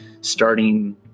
starting